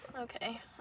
Okay